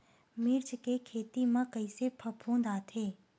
मिर्च के खेती म कइसे फफूंद आथे?